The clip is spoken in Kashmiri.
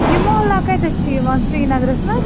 یہِ محلہٕ کتٮ۪تھ چھُ یِوان سریٖنَگرَس منٛز